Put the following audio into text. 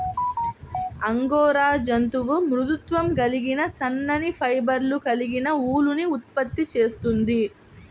angora జంతువు మృదుత్వం కలిగిన సన్నని ఫైబర్లు కలిగిన ఊలుని ఉత్పత్తి చేస్తుంది